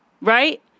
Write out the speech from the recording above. Right